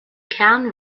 kern